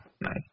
Nice